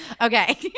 Okay